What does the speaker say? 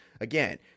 again